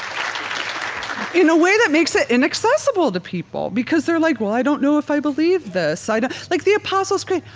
um in a way that makes it inaccessible to people because they're like, well, i don't know if i believe this. so but like the apostles' creed.